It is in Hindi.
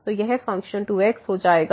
तो यह फ़ंक्शन 2x हो जाएगा